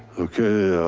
okay.